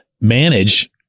manage